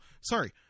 sorry